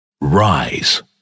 Rise